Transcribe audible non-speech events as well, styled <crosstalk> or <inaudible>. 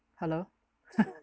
hello <laughs>